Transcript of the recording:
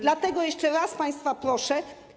Dlatego jeszcze raz państwa proszę.